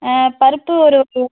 பருப்பு ஒரு ஒரு